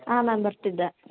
ಹಾಂ ಮ್ಯಾಮ್ ಬರ್ತಿದ್ದೆ